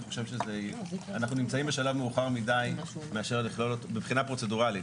אני חושב שאנחנו נמצאים בשלב מאוחר מדי מבחינה פרוצדורלית,